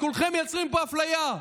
כולכם מייצרים פה אפליה.